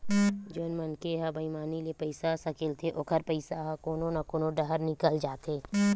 जउन मनखे ह बईमानी ले पइसा सकलथे ओखर पइसा ह कोनो न कोनो डाहर निकल जाथे